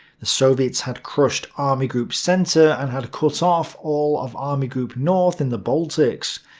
the soviets had crushed army group centre and had cut off all of army group north in the baltics.